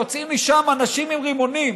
שיוצאים משם אנשים עם רימונים,